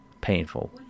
painful